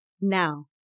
Now